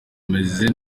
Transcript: meze